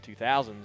2000s